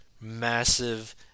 massive